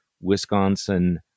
Wisconsin